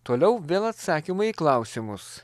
toliau vėl atsakymai į klausimus